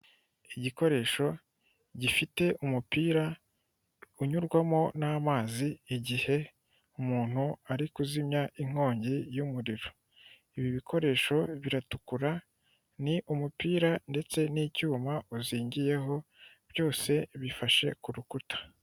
Igikoresho gifite umupira unyurwamo n'amazi igihe umuntu ari kuzimya inkongi y'umuriro. Ibi bikoresho biratukura, ni umupira ndetse n'icyuma uzingiyeho byose bifashe ku rukuta.